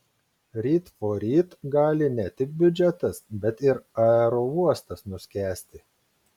ryt poryt gali ne tik biudžetas bet ir aerouostas nuskęsti